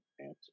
answer